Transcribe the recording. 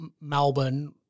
Melbourne